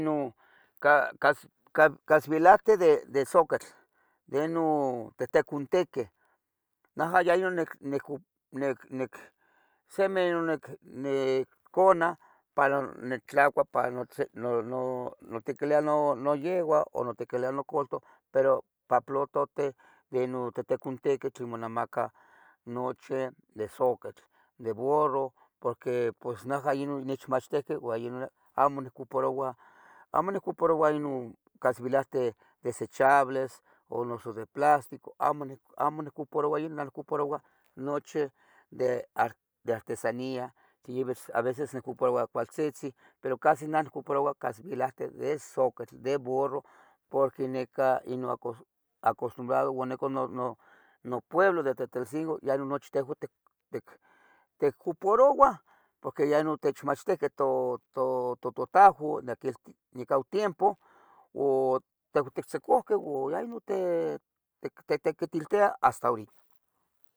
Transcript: Nu, caz- caz- caz- cazvielahti de, de soquitl, de inun. tehcocuntequih, najah ya inun, nec, nec, necu, nec, nec, semeh nonec, necona para netlacua para notze, no, notequilia. no, noyeuan o notequilia nocoltoh pero pa plotohten ye nun. tehtecuntequeh tlin monamacah noche de soquetl, bourroh Pohqui inun najah inun, necmachtehqueh ion inun amo. nicoparoua, amo nihcoparoua inun, cazvielahti desechables. o noso de plastico, amo, amo niccoparoua inan, nicoparoua. nochi de artesania, livis a veces niccoparoua cualtziztzin. pero casi nah coparoua cazvielahte de soquitl, bourroh. porque, neco inu acos, acostrumbrado, uan neco no, no, nopueblo de Tetelcingo ya inun nochi tehuan, tic, tic. ticcoparouah, pohqui ye non techmachtihqueh, to, to,. tototahuanen naquel, necah oh tiempo oteuh, otictzicohqueh. uan ya inun, te, tic, tictequiteltiah hasta horitah